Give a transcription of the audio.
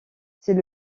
c’est